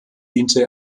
diente